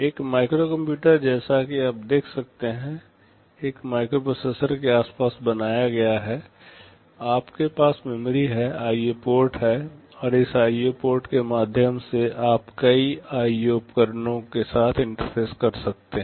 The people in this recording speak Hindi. एक माइक्रो कंप्यूटर जैसा कि आप देख सकते हैं एक माइक्रोप्रोसेसर के आसपास बनाया गया है आपके पास मेमोरी है आईओ पोर्ट हैं और इस आईओ पोर्ट के माध्यम से आप कई आईओ उपकरणों के साथ इंटरफ़ेस कर सकते हैं